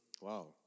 wow